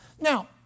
Now